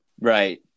Right